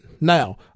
Now